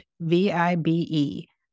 V-I-B-E